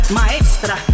maestra